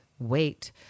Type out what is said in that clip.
Wait